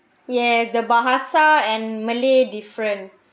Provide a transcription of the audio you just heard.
yes the bahasa and malay different